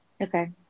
Okay